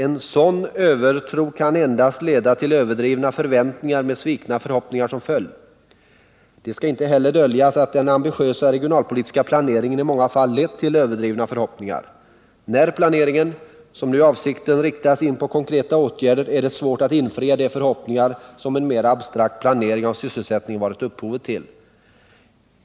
En sådan övertro kan endast leda till överdrivna förväntningar, med svikna förhoppningar som följd. Det skall väl inte döljas att den ambitiösa regionalpolitiska planeringen i många fall lett till överdrivna förhoppningar. När planeringen — som nu är avsikten — riktats in på konkreta åtgärder är det svårt att infria de förhoppningar som en mera abstrakt planering av sysselsättningen givit upphov till.